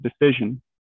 decision